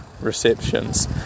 receptions